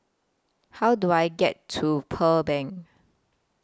How Do I get to Pearl Bank